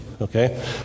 Okay